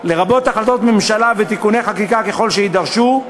לרבות החלטות הממשלה ותיקוני חקיקה ככל שידרשו,